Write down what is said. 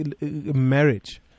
marriage